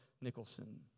Nicholson